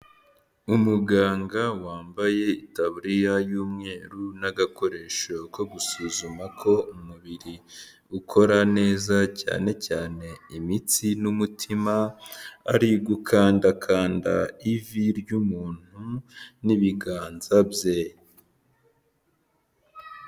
Umuganga wambaye itaburiya y'umweru n'agakoresho ko gusuzuma ko umubiri ukora neza cyane cyane imitsi n'umutima, ari ugukandakanda ivi ry'umuntu n'ibiganza bye.